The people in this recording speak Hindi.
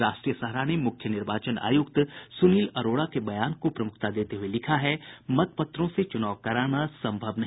राष्ट्रीय सहारा ने मुख्य चुनाव आयुक्त सुनील अरोड़ा के बयान को प्रमुखता देते हुये लिखा है मतपत्रों से चुनाव कराना संभव नहीं